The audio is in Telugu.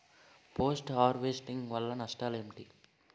పోస్ట్ హార్వెస్టింగ్ వల్ల నష్టాలు ఏంటి?